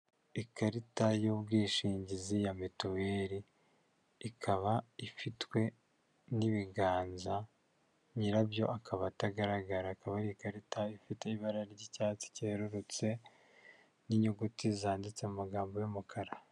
Ikarita y'ubwishingizi ya mituweli, ikaba ifitwe n'ibiganza nyirabyo akaba atagaragara, akaba ari ikarita ifite ibara ry'icyatsi cyerurutse n'inyuguti zanditse mu magambo y'umukara.